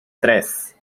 tres